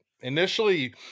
initially